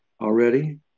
already